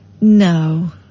No